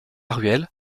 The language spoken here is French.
ruelle